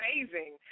amazing